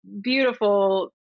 beautiful